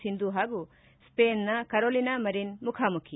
ಸಿಂಧು ಹಾಗೂ ಸ್ವೇನ್ನ Carolina Marin ಮುಖಾಮುಖಿ